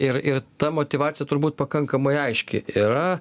ir ir ta motyvacija turbūt pakankamai aiški yra